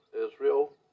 Israel